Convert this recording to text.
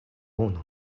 unu